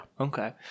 Okay